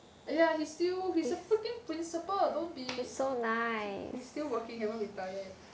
!aiya! he's still he's a freaking principal don't be he's still working haven't retire yet